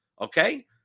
okay